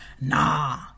Nah